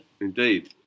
Indeed